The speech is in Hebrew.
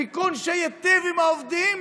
תיקון שייטיב עם העובדים,